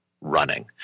running